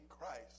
Christ